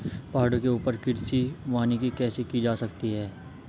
पहाड़ों के ऊपर कृषि वानिकी कैसे की जा सकती है